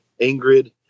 Ingrid